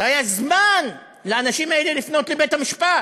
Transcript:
לא היה זמן לאנשים האלה לפנות לבית-המשפט.